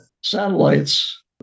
satellites